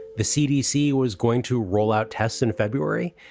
the cdc was going to roll out tests in february.